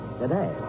today